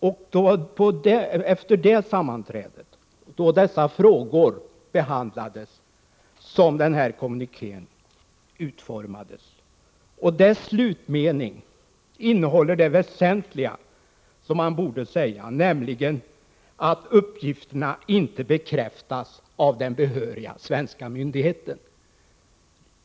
Det var efter detta sammanträde då dessa frågor behandlades som den här kommunikén utformades. Kommunikéns slutmening innehåller det väsentliga som man borde säga, nämligen att uppgifterna inte bekräftas av den behöriga svenska myndigheten.